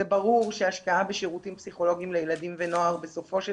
זה ברור שהשקעה בשירותים פסיכולוגיים לילדים ונוער בסופו של